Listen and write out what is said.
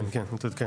מתעדכן, כן, מתעדכן.